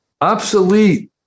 Obsolete